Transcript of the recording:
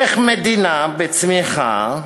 איך מדינה בצמיחה,